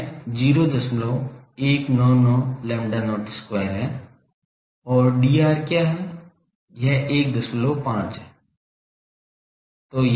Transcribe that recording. यह 0199 lambda not square है और Dr क्या है यह 15 है